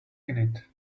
innit